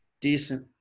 decent